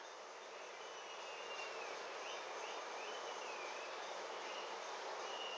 ya